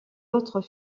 autres